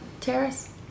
Terrace